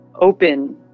open